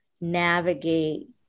navigate